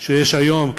לדעת שיש היום,